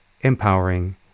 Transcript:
empowering